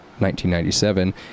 1997